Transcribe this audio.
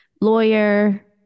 lawyer